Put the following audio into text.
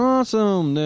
Awesome